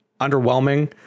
underwhelming